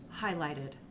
highlighted